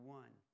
one